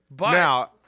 Now